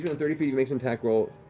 yeah thirty feet makes an attack roll